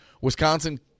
Wisconsin